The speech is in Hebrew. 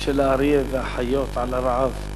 של האריה והחיות, על הרעב?